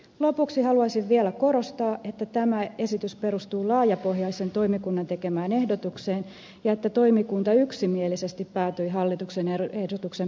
lopuksi haluaisin vielä korostaa että tämä esitys perustuu laajapohjaisen toimikunnan tekemään ehdotukseen ja että toimikunta yksimielisesti päätyi hallituksen ehdotuksen perusratkaisuihin